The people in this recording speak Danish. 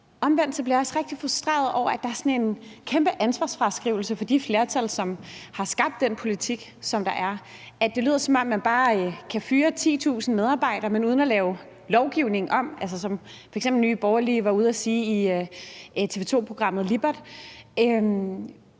Omvendt bliver jeg også rigtig frustreret over, at der er sådan en kæmpe ansvarsfraskrivelse fra det flertal, som har skabt den politik, der er – det lyder, som om man bare kan fyre 10.000 medarbejdere uden at lave lovgivningen om, som Nye Borgerlige f.eks. var ude at sige i TV 2-programmet Lippert.